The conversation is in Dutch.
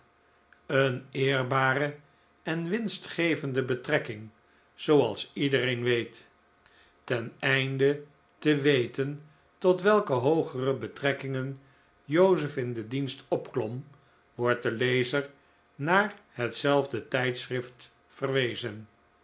een eerbare en winstgevende betrekking zooals iedereen weet ten einde te weten tot welke hoogere betrekkingen joseph in den dienst opklom wordt de lezer naar hetzelfde tijdschrift verwezen